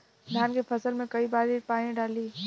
धान के फसल मे कई बारी पानी डाली?